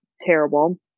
terrible